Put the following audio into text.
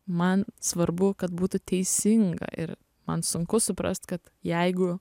man svarbu kad būtų teisinga ir man sunku suprast kad jeigu